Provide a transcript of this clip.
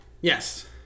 Yes